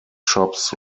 shops